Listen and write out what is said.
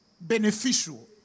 beneficial